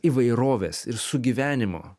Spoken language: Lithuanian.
įvairovės ir sugyvenimo